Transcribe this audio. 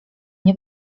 nie